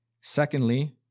Secondly